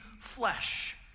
flesh